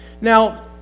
Now